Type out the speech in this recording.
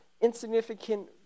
insignificant